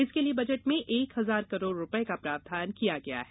इसके लिए बजट में एक हजार करोड़ रूपये का प्रावधान किया गया है